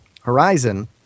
horizon